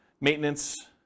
Maintenance